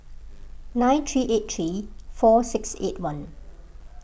nine three eight three four six eight one